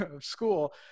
school